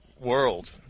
world